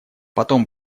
потом